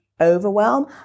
overwhelm